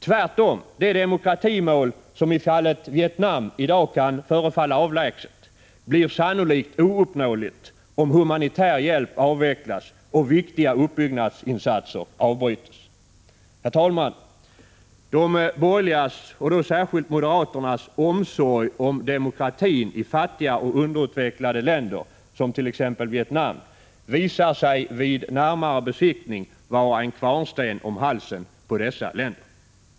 Tvärtom — det demokratimål som i fallet Vietnam i dag kan förefalla avlägset blir sannolikt ouppnåeligt om humanitär hjälp avvecklas och viktiga uppbyggnadsinsatser avbrytes. : Herr talman! De borgerligas och särskilt då moderaternas omsorg om demokratin i fattiga och underutvecklade länder som t.ex. Vietnam visar sig vid närmare besiktning vara en kvarnsten om halsen på dessa länder.